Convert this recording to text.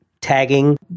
tagging